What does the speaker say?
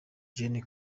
gen